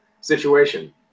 situation